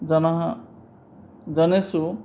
जनाः जनेषु